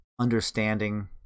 understanding